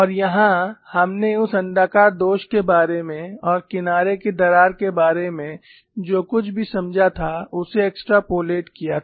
और यहाँ हमने उस अण्डाकार दोष के बारे में और किनारे की दरार के बारे में जो कुछ भी समझा था उसे एक्स्ट्रापोलेट किया था